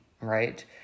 right